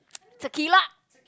tequila